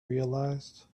realized